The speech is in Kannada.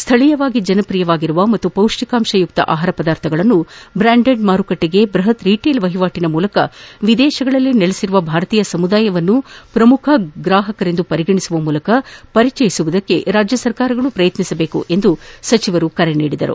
ಸ್ವಳೀಯವಾಗಿ ಜನಪ್ರಿಯವಾಗಿರುವ ಹಾಗೂ ಪೌಷ್ಣಿಕಾಂಶಯುಕ್ತ ಆಹಾರ ಪದಾರ್ಥಗಳನ್ನು ಬ್ರಾಂಡೆಡ್ ಮಾರುಕಟ್ಟಿಗೆ ಬ್ಬಹತ್ ರಿಟೇಲ್ ವಹಿವಾಟಿನ ಮೂಲಕ ವಿದೇಶಗಳಲ್ಲಿ ನೆಲೆಸಿರುವ ಭಾರತೀಯ ಸಮುದಾಯವನ್ನು ಪ್ರಮುಖ ಗ್ರಾಹಕರೆಂದು ಪರಿಗಣಿಸುವ ಮೂಲಕ ಪರಿಚಯಿಸುವುದಕ್ಕೆ ರಾಜ್ಯ ಸರ್ಕಾರಗಳು ಪ್ರಯತ್ನಿಸಬೇಕು ಎಂದು ಅವರು ಕರೆ ನೀಡಿದರು